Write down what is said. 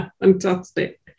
Fantastic